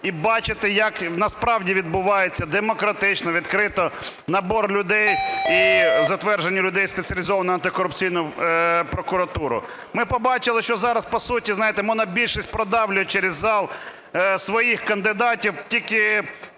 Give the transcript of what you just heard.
і бачити, як насправді відбувається демократично відкрито набір людей і затвердження людей в Спеціалізовану антикорупційну прокуратуру. Ми побачили, що зараз по суті, знаєте, монобільшість продавлює через зал своїх кандидатів тільки